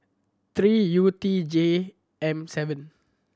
three U T J M seven